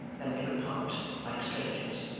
then they would part, like strangers.